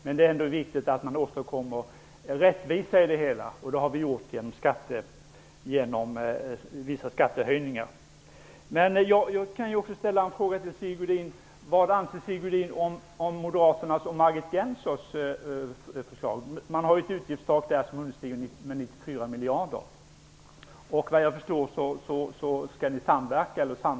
Därför är det viktigt att man åstadkommer en rättvisa i det hela, och det har vi gjort genom vissa skattehöjningar. Margit Gennsers förslag, där utgiftstaket underskrids med 94 miljarder? Enligt vad jag förstår skall ni samverka.